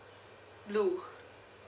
blue